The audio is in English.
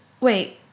wait